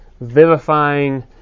vivifying